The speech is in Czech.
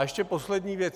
Ještě poslední věc.